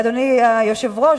אדוני היושב-ראש,